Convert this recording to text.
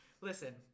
Listen